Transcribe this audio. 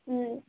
ம்